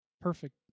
perfect